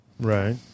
Right